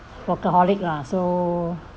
workaholic lah so